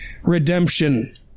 redemption